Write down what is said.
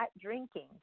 drinking